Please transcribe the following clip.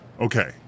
okay